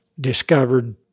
discovered